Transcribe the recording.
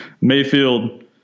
Mayfield